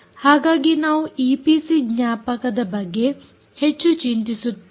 ಹಾಗಾಗಿ ನಾವು ಈಪಿಸಿ ಜ್ಞಾಪಕದ ಬಗ್ಗೆ ಹೆಚ್ಚು ಚಿಂತಿಸುತ್ತೇವೆ